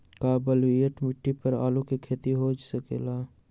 का बलूअट मिट्टी पर आलू के खेती हो सकेला?